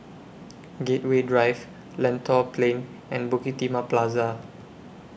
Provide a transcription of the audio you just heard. Gateway Drive Lentor Plain and Bukit Timah Plaza